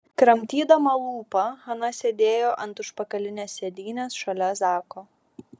kramtydama lūpą hana sėdėjo ant užpakalinės sėdynės šalia zako